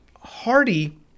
Hardy